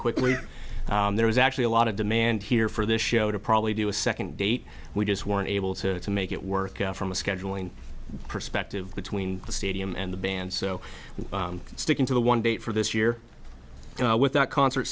quickly there was actually a lot of demand here for this show to probably do a second date we just weren't able to make it work from a scheduling perspective between the stadium and the band so sticking to the one date for this year without concert